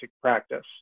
practice